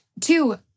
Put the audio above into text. two